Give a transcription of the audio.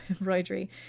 embroidery